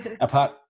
Apart